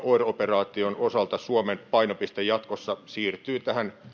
oir operaa tion osalta suomen painopiste jatkossa siirtyy